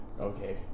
Okay